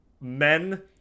men